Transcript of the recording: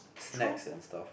snacks and stuff